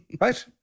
Right